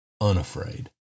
unafraid